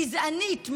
גזענית,